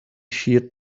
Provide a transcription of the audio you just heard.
sheared